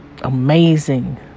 Amazing